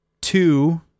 two